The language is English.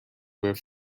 were